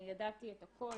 אני ידעתי את הכל,